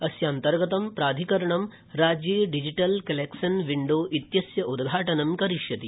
अस्यान्तर्गतं प्राधिकरणं राज्ये digital collection window विस्य उद्घाटन करिष्यति